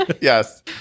Yes